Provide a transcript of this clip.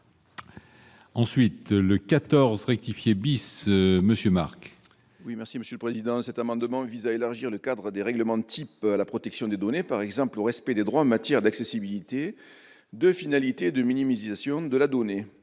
ainsi libellé : La parole est à M. Alain Marc. Cet amendement vise à élargir le cadre des règlements types à la protection des données, par exemple au respect des droits en matière d'accessibilité, de finalité et de minimisation de la donnée.